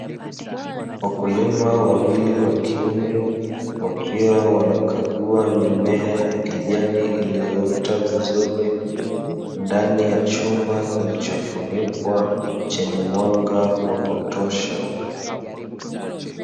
Wakulima wawili wakiume, wakiwa wanakagua mimea ya kijani iliyoota vizuri ndani ya chumba kilichofunikwa chenye mwanga wa kutosha.